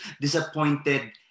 Disappointed